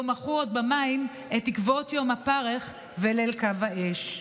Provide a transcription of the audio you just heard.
לא מחו עוד במים / את עקבות יום הפרך וליל קו האש."